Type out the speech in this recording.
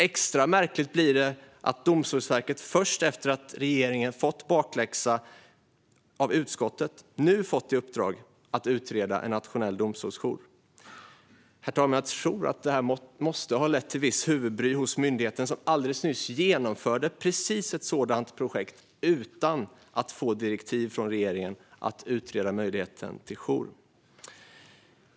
Extra märkligt blir det att Domstolsverket först efter att regeringen fått bakläxa av utskottet nu fått i uppdrag att utreda en nationell domstolsjour. Det måste ha lett till visst huvudbry hos myndigheten, som alldeles nyss genomförde precis ett sådant projekt utan att få direktiv från regeringen att utreda möjligheten till jour.